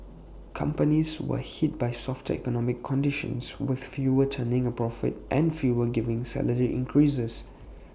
companies were hit by softer economic conditions with fewer turning A profit and fewer giving salary increases